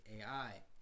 AI